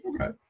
okay